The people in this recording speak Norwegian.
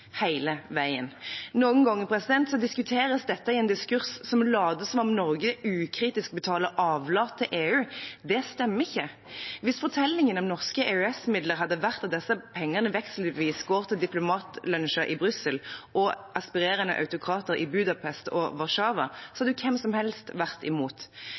hele veien. Noen ganger diskuteres dette i en diskurs der man later som om Norge ukritisk betaler avlat til EU. Det stemmer ikke. Hvis fortellingen om norske EØS-midler hadde vært at disse pengene vekselvis går til diplomatlunsjer i Brussel og aspirerende autokrater i Budapest og Warszawa, ville alle vært imot.